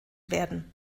werden